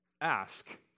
ask